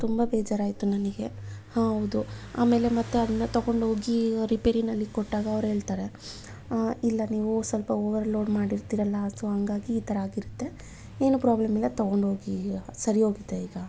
ತುಂಬ ಬೇಜಾರು ಆಯಿತು ನನಗೆ ಆ ಹೌದು ಆಮೇಲೆ ಮತ್ತು ಅದನ್ನ ತಗೊಂಡೋಗಿ ರಿಪೇರಿಯಲ್ಲಿ ಕೊಟ್ಟಾಗ ಅವ್ರು ಹೇಳ್ತಾರೆ ಇಲ್ಲ ನೀವು ಸ್ವಲ್ಪ ಓವರ್ ಲೋಡ್ ಮಾಡಿರ್ತೀರಲ್ಲ ಸೊ ಹಾಗಾಗಿ ಈ ಥರ ಆಗಿರತ್ತೆ ಏನು ಪ್ರಾಬ್ಲೆಮ್ ಇಲ್ಲ ತೊಗೊಂಡೋಗಿ ಸರಿ ಹೋಗುತ್ತೆ ಈಗ ಅಂತ